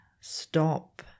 stop